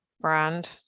brand